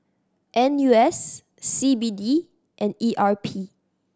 N U S C B D and E R P